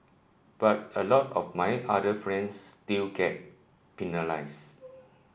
but a lot of my other friends still get penalised